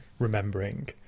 remembering